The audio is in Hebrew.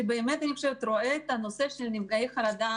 שרואה את הנושא של נפגעי חרדה